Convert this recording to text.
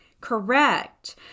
Correct